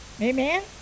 Amen